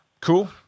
cool